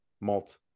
malt